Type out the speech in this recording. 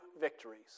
victories